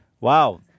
Wow